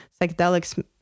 psychedelics